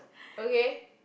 okay